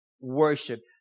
worship